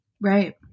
Right